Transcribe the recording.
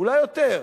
אולי יותר,